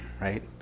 Right